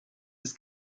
des